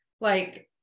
Like-